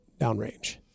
downrange